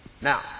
Now